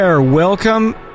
Welcome